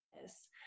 yes